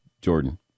Jordan